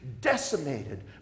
decimated